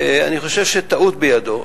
אני חושב שטעות בידו.